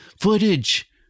footage